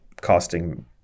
costing